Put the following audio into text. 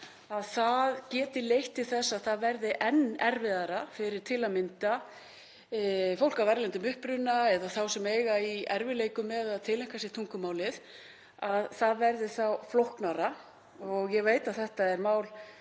það geti leitt til þess að þetta verði enn erfiðara fyrir til að mynda fólk af erlendum uppruna eða þá sem eiga í erfiðleikum með að tileinka sér tungumálið, það verði flóknara. Ég veit að þetta er mál